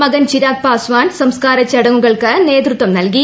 മകൻ ചിരാഗ് പാസ്വാൻ സംസ്ക്കാര ചടങ്ങുകൾക്ക് നേതൃത്വം നൽകി